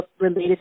related